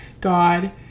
god